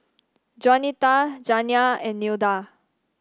Juanita Janiah and Nilda